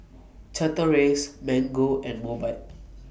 Chateraise Mango and Mobike